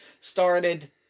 started